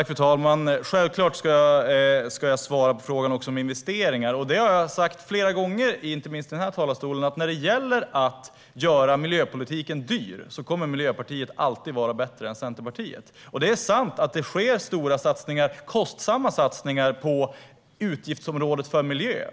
Fru talman! Jag ska självklart svara på frågan om investeringar. Jag har flera gånger, inte minst i den här talarstolen, sagt att Miljöpartiet alltid kommer att vara bättre än Centerpartiet när det gäller att göra miljöpolitiken dyr. Det är sant att det görs stora, kostsamma satsningar på utgiftsområdet för miljö.